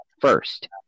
first